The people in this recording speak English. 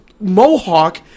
mohawk